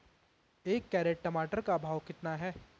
एक कैरेट टमाटर का भाव कितना है?